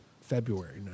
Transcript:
February